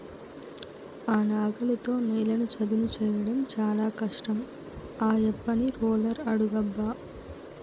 ఆ నాగలితో నేలను చదును చేయడం చాలా కష్టం ఆ యబ్బని రోలర్ అడుగబ్బా